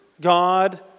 God